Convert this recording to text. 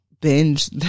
binge